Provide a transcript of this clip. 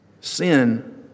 sin